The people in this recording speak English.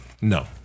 No